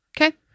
Okay